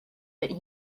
but